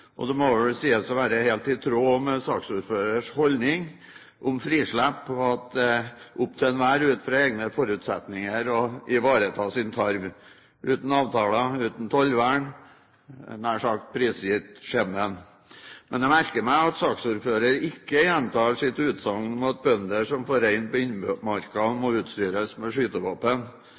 fjor. Det må vel sies å være helt i tråd med saksordførerens holdning om frislipp, og at det er opp til enhver, ut fra egne forutsetninger, å ivareta sin tarv – uten avtaler, uten tollvern, nær sagt prisgitt skjebnen. Men jeg merker meg at saksordføreren ikke gjentar sitt utsagn om at bønder som får rein på innmarka, må utstyres med skytevåpen.